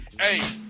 Hey